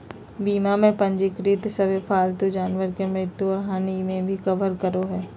बीमा में पंजीकृत सभे पालतू जानवर के मृत्यु और हानि के भी कवर करो हइ